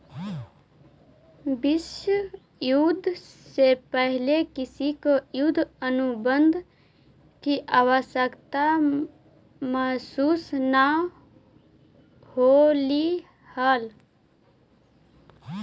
विश्व युद्ध से पहले किसी को युद्ध अनुबंध की आवश्यकता महसूस न होलई हल